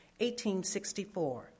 1864